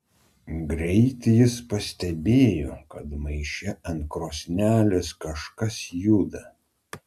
greit jis pastebėjo kad maiše ant krosnelės kažkas juda